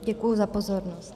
Děkuji za pozornost.